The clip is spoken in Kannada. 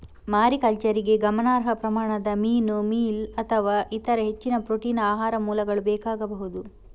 ಮಾರಿಕಲ್ಚರಿಗೆ ಗಮನಾರ್ಹ ಪ್ರಮಾಣದ ಮೀನು ಮೀಲ್ ಅಥವಾ ಇತರ ಹೆಚ್ಚಿನ ಪ್ರೋಟೀನ್ ಆಹಾರ ಮೂಲಗಳು ಬೇಕಾಗಬಹುದು